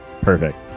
Perfect